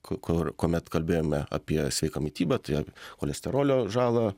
ku kur kuomet kalbėjome apie sveiką mitybą tai cholesterolio žalą